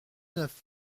neuf